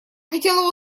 хотела